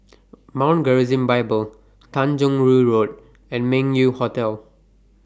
Mount Gerizim Bible Tanjong Rhu Road and Meng Yew Hotel